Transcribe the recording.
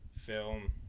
film